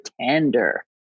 tender